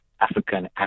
African